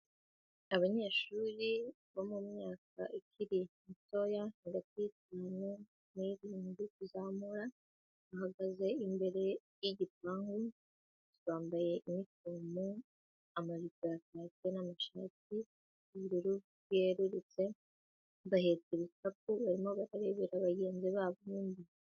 Abanyeshuri bo mumyaka ikiri mitoya hagati y'itanu n'irindwi kuzamura, bahagaze imbere y'igipangu bambaye unifomo, amajipo ya kaki n'amashati y'ubururu bwerurutse, bahetse ibikapu. Barimo bararebera bagenzi babo...